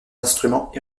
instruments